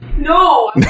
No